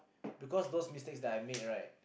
because those mistakes that I made right